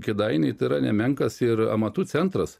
kėdainiai tai yra nemenkas ir amatų centras